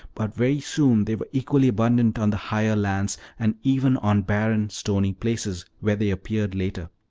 but very soon they were equally abundant on the higher lands, and even on barren, stony places, where they appeared latest.